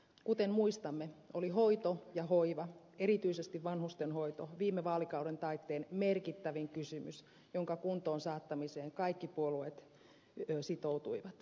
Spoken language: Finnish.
kuten muistamme oli hoito ja hoiva erityisesti vanhustenhoito viime vaalikauden taitteen merkittävin kysymys jonka kuntoon saattamiseen kaikki puolueet sitoutuivat